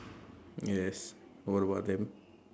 yes what about them